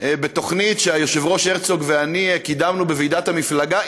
בתוכנית שהיושב-ראש הרצוג ואני קידמנו בוועידת המפלגה,